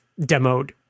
demoed